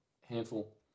handful